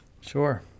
Sure